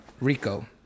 Rico